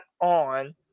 on